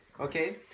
okay